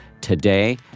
today